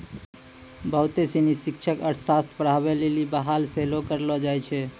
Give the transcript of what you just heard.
बहुते सिनी शिक्षक अर्थशास्त्र पढ़ाबै लेली बहाल सेहो करलो जाय छै